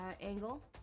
angle